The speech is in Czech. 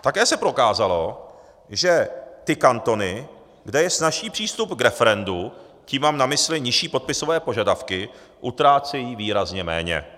Také se prokázalo, že ty kantony, kde je snazší přístup k referendu, tím mám na mysli nižší podpisové požadavky, utrácejí výrazně méně.